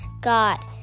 God